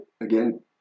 again